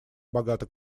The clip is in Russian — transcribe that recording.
богата